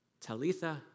Talitha